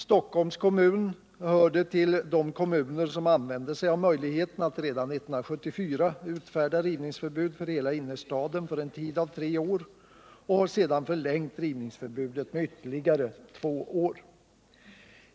Stockholms kommun hörde till de kommuner som använde sig av möjligheten att redan 1974 utfärda rivningsförbud för hela innerstaden för en tid av tre år och har sedan förlängt rivningsförbudet med ytterligare två år.